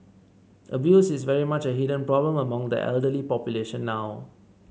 abuse is very much a hidden problem among the elderly population now